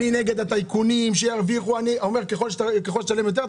קודם כול לפני שזה מגיע בכלל לדיון,